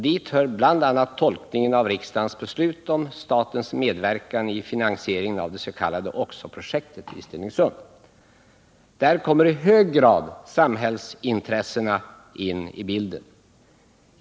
Dit hör bl.a. tolkningen av riksdagens beslut om statens Måndagen den medverkan i finansieringen av det s.k. oxo-projektet i Stenungsund. Där 13 november 1978 kommer i hög grad samhällsintressena in i bilden.